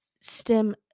stem